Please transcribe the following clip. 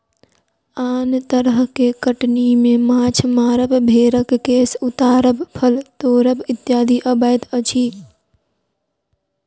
आन तरह के कटनी मे माछ मारब, भेंड़क केश उतारब, फल तोड़ब इत्यादि अबैत अछि